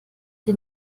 den